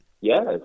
Yes